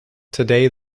today